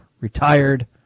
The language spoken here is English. retired